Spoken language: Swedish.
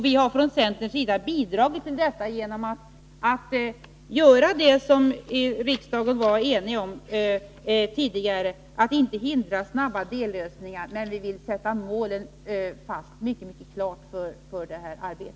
Vi har från centerns sida bidragit till detta genom att göra det som riksdagen var enig om tidigare, nämligen att inte hindra snabba dellösningar. Men vi vill sätta målen för detta arbete fast och mycket klart.